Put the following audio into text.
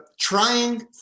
trying